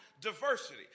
diversity